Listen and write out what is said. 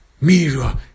mirror